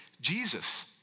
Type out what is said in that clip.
Jesus